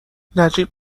نجیب